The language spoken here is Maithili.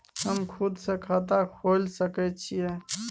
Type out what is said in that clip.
हम खुद से खाता खोल सके छीयै?